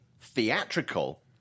theatrical